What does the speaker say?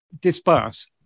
disperse